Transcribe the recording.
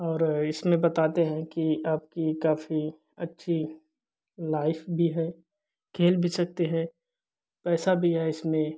और इसमें बताते हैं कि आपकी काफी अच्छी लाइफ भी है खेल भी सकते हैं पैसा भी है इसमें